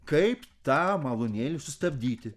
kaip tą malūnėlį sustabdyti